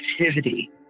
activity